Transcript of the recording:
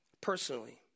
personally